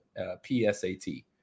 psat